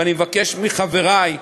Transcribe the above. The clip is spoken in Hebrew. ואני מבקש מחברי,